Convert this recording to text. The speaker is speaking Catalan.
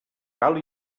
tal